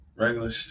Regular